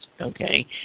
okay